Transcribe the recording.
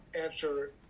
answer